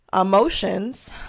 emotions